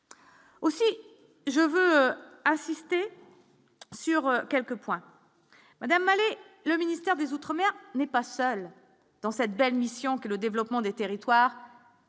Aussi, je veux insister sur quelques points Madame allez le ministère des Outre-mer n'pas seul. Dans cette belle mission que le développement des territoires.